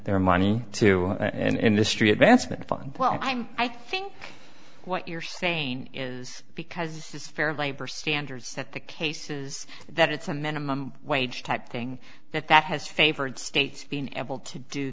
their money to an industry advancement fund well i'm i think what you're saying is because it's fair labor standards that the cases that it's a minimum wage type thing that that has favored states being able to do